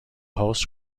host